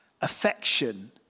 affection